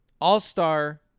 All-star